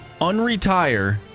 unretire